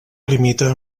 limita